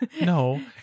No